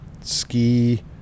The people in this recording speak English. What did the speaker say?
ski